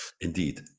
indeed